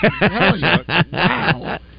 Wow